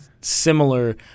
similar